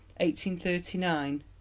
1839